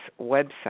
website